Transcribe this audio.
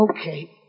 Okay